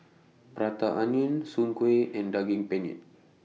Prata Onion Soon Kueh and Daging Penyet